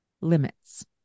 limits